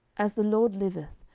as the lord liveth,